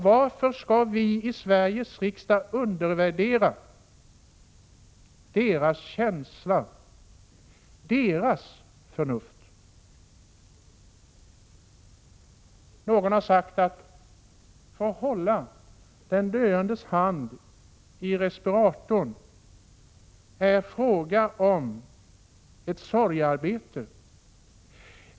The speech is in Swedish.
Varför skall vi i Sveriges riksdag undervärdera deras känsla, deras förnuft? Någon har sagt: Att få hålla den döendes hand i respiratorn är fråga om ett sorgearbete.